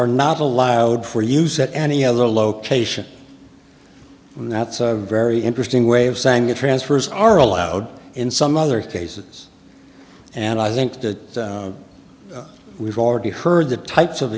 are not allowed for use at any other location and that's a very interesting way of saying it transfers are allowed in some other cases and i think that we've already heard the types of